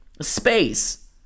space